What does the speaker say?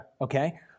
Okay